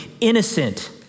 innocent